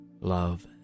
love